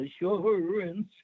Assurance